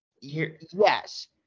Yes